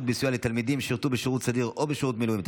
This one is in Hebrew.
בסיוע לתלמידים ששירתו בשירות סדיר או בשירות מילואים),